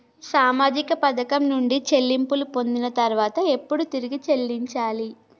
సామాజిక పథకం నుండి చెల్లింపులు పొందిన తర్వాత ఎప్పుడు తిరిగి చెల్లించాలి?